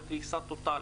אלא בקריסה טוטלית.